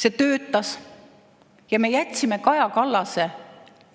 See töötas ja me jätsime Kaja Kallase